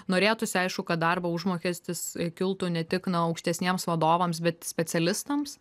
norėtųsi aišku kad darbo užmokestis kiltų ne tik na aukštesniems vadovams bet specialistams